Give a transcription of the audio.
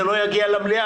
זה לא יגיע למליאה,